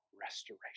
restoration